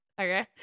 okay